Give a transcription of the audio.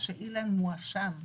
אילן מואשם -- א',